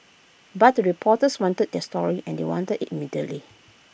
but the reporters wanted their story and they wanted IT immediately